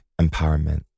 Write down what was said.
empowerment